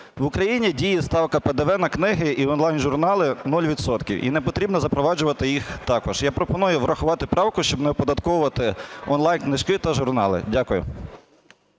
В Україні діє ставка ПДВ на книги і онлайн-журнали 0 відсотків, і не потрібно запроваджувати їх також. Я пропоную врахувати правку, щоб не оподатковувати онлайн-книжки та журнали. Дякую.